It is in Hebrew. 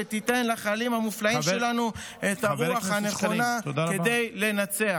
שתיתן לחיילים המופלאים שלנו את הרוח הנכונה כדי לנצח.